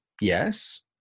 yes